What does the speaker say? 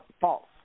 false